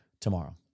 tomorrow